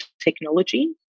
technology